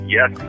Yes